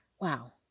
wow